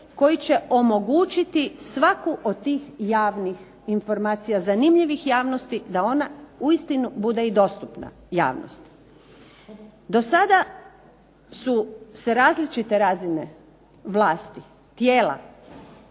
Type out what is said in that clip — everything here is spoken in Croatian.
koji će omogućiti svaku od tih javnih informacija zanimljivih javnosti da ona uistinu bude i dostupna javnosti. Do sada su se različite razine vlasti tijela,